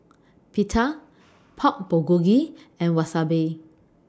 Pita Pork Bulgogi and Wasabi